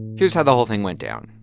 here's how the whole thing went down.